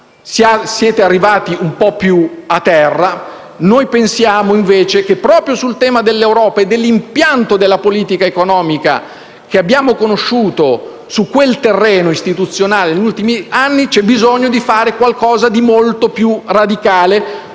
siete arrivati un po' più a terra. Noi pensiamo, invece, che proprio sul tema dell'Europa e dell'impianto della politica economica che abbiamo conosciuto su quel terreno istituzionale negli ultimi anni vi sia bisogno di fare qualcosa di molto più radicale,